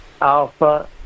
Alpha